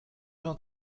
vingt